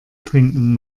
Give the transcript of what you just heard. trinken